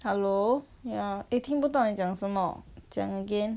hello ya eh 听不到你讲什么讲 again